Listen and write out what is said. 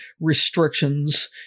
restrictions